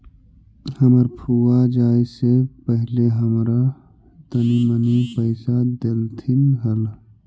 हमर फुआ जाए से पहिले हमरा तनी मनी पइसा डेलथीन हल